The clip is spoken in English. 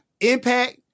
impact